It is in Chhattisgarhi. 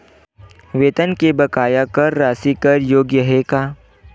वेतन के बकाया कर राशि कर योग्य हे का?